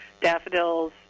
daffodils